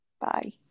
Bye